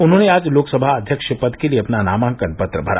उन्होंने आज लोकसभा अध्यक्ष पद के लिए अपना नामांकन पत्र भरा